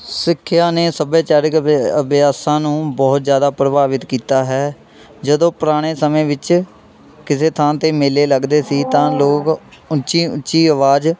ਸਿੱਖਿਆ ਨੇ ਸੱਭਿਆਚਾਰਿਕ ਅਭਿਆਸਾਂ ਨੂੰ ਬਹੁਤ ਜ਼ਿਆਦਾ ਪ੍ਰਭਾਵਿਤ ਕੀਤਾ ਹੈ ਜਦੋਂ ਪੁਰਾਣੇ ਸਮੇਂ ਵਿੱਚ ਕਿਸੇ ਥਾਂ 'ਤੇ ਮੇਲੇ ਲੱਗਦੇ ਸੀ ਤਾਂ ਲੋਕ ਉੱਚੀ ਉੱਚੀ ਆਵਾਜ਼